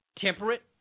temperate